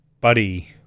buddy